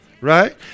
right